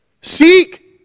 Seek